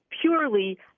purely